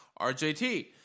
RJT